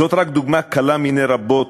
זאת רק דוגמה קלה מני רבות,